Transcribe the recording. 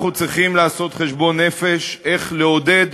אנחנו צריכים לעשות חשבון נפש, איך לעודד